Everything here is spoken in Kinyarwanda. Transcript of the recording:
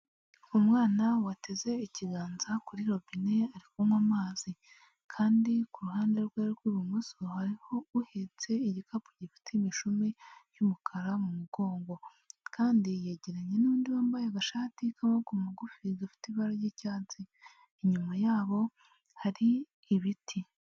Umwana wateze ikiganza kuri robine ye ari kunywa amazi kandi kuruhande rwe rw'ibumoso hariho uhetse igikapu gifite imishumi yumukara mu mugongo kandi yegeranye n'undi wambaye agashati k'amaboko magufi gafite ibara ry'icyatsi inyuma yabo hari ibiti.